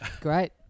great